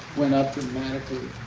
went up dramatically.